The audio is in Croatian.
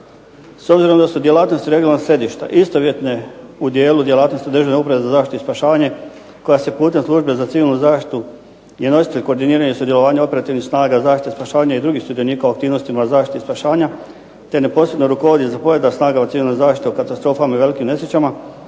S obzirom da su djelatnosti regionalna središta istovjetne u dijelu djelatnosti Državne uprave za zaštiti i spašavanje koja se putem Službe za civilnu zaštitu je nositelj koordiniranja sudjelovanja operativnih snaga zaštite i spašavanja i drugih sudionika u aktivnostima zaštite i spašavanja, te neposredno rukovodi i zapovijeda snagama civilne zaštite o katastrofama i velikim nesrećama,